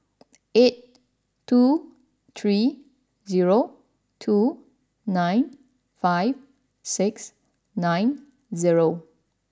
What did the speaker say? eight two three zero two nine five six nine zero